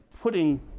putting